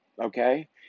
Okay